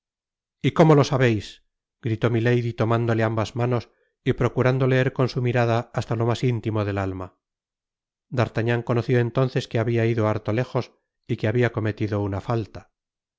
d'artagnan cómo lo sabeis gritó milady tomándole ambas manos y procurando leer con su mirada hasta to mas intimo del alma d'artagnan conoció entonces que habia ido harto iéjos y que habia cometido una falta